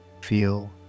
Feel